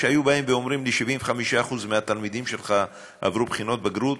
כשהיו באים ואומרים לי: 75% מהתלמידים שלך עברו בחינות בגרות,